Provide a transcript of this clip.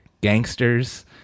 gangsters